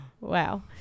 Wow